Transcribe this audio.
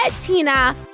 Tina